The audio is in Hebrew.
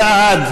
בעד.